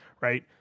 right